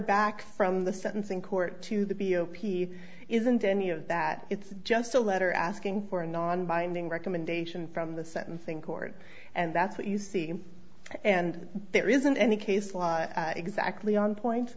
back from the sentencing court to the b o p isn't any of that it's just a letter asking for a non binding recommendation from the sentencing court and that's what you see and there isn't any case law exactly on point